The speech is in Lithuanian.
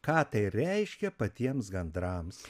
ką tai reiškia patiems gandrams